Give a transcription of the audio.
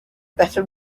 better